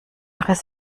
riss